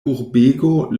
urbego